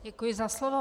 Děkuji za slovo.